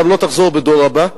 גם לא תחזור בדור הבא,